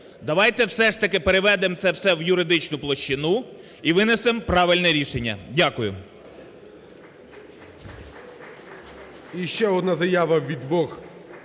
Давайте все ж таки переведемо це все в юридичну площину і винесемо правильне рішення. Дякую. ГОЛОВУЮЧИЙ. Ще одна заява від двох